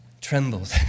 trembled